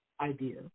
idea